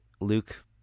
Luke